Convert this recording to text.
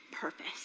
purpose